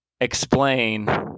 explain